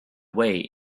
way